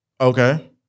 Okay